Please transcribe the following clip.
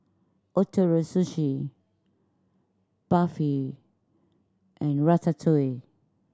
Ootoro Sushi Barfi and Ratatouille